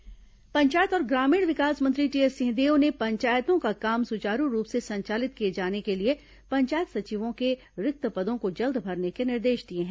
सिंहदेव समीक्षा पंचायत और ग्रामीण विकास मंत्री टीएस सिंहदेव ने पंचायतों का काम सुचारू रूप से संचालित किए जाने के लिए पंचायत सचिवों के रिक्त पदों को जल्द भरने के निर्देश दिए हैं